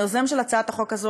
היוזם של הצעת החוק הזאת,